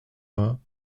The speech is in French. vingts